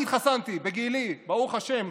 אני התחסנתי, בגילי, ברוך השם.